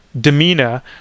demeanor